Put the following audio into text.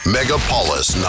Megapolis